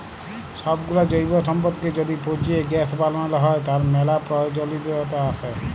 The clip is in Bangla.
সবগুলা জৈব সম্পদকে য্যদি পচিয়ে গ্যাস বানাল হ্য়, তার ম্যালা প্রয়জলিয়তা আসে